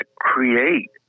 create